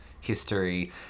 history